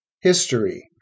history